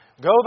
go